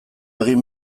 egin